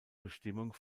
bestimmung